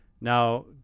now